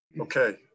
Okay